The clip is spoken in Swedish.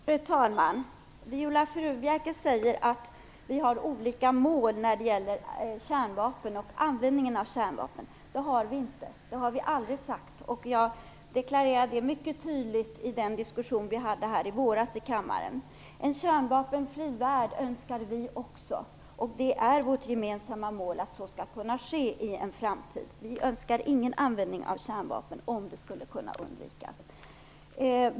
Fru talman! Viola Furubjelke säger att vi har olika mål när det gäller användningen av kärnvapen. Det har vi inte. Vi har aldrig sagt något sådant, och det deklarerade jag mycket tydligt i den diskussion som vi förde i kammaren i våras. Också vi önskar en kärnvapenfri värld, och det är vårt gemensamma mål att en sådan skall kunna komma till stånd i en framtid. Vi önskar inte någon användning av kärnvapen, om en sådan skulle kunna undvikas.